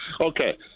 Okay